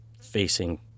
facing